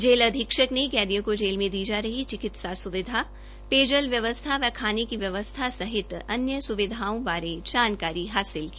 jail अधीक्षक ने कैदियों को जेल में जा रही चिकित्सा सुविधा पेयजल व्यवस्था व खाने की व्यवस्था सहित अन्य सुविधाओं बारे जानकारी हासिल की